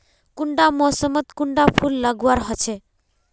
कुंडा मोसमोत कुंडा फुल लगवार होछै?